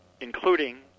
including